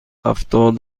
هفتاد